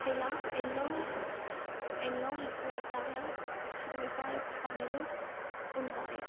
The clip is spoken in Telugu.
ఇలా ఎన్నో ఎన్నో వ్యవసాయ వ్యవసాయ పనులు ఉంటాయి